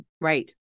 Right